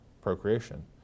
procreation